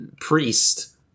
priest